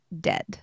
dead